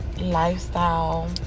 Lifestyle